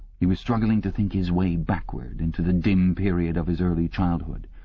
he was struggling to think his way backward into the dim period of his early childhood.